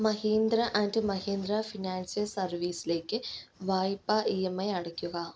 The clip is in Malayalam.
മഹീന്ദ്ര ആൻഡ് മഹീന്ദ്ര ഫിനാൻഷ്യൽ സർവീസിലേക്ക് വായ്പാ ഇ എം ഐ അടയ്ക്കുക